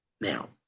now